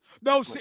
no